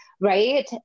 right